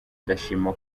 ndashima